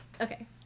Okay